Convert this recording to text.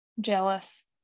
jealous